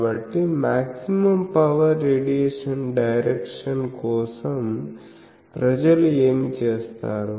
కాబట్టి maximum power radiation direction కోసం ప్రజలు ఏమి చేస్తారు